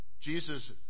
Jesus